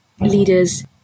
leaders